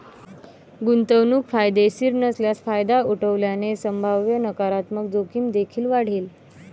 गुंतवणूक फायदेशीर नसल्यास फायदा उठवल्याने संभाव्य नकारात्मक जोखीम देखील वाढेल